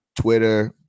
Twitter